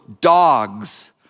dogs